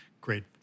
great